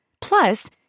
Plus